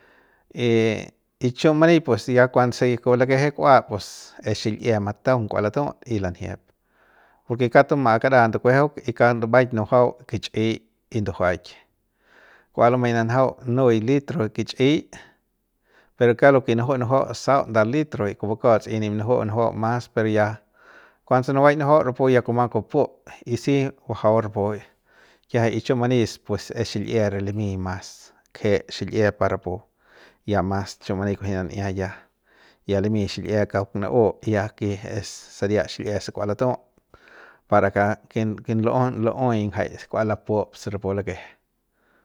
Y y chiu mani pues ya kuanse ku kua lakeje ya es xil'ie mataung kua latut y lanjiep porke kauk tuma'a kara ndukuejeuk y kauk ndubauk nujuau kichꞌiꞌ ndujuaik kua lumei ma nanjau nui litro de kichꞌiꞌ pero kauk lo ke nuju'u sau nda litro y kupu kauts ya nip nuju'u nujuau mas pero ya kuanse nubaiñ nujuau rapu ya kuma kupup y si vajau rapu y ki'iajai chiu mani pues es xil'ie re limi mas kje xil'ie par rapu ya mas kunji nan'ia ya ya limi xil'ie kauk nu'u ke es sari xil'ie se kua ya ke es saria xil'ie se kua la tu'ut para ka ken lu'ei lu'ei ngjaik lapup se rapu lakeje.